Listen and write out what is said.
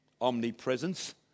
omnipresence